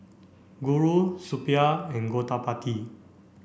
Guru Suppiah and Gottipati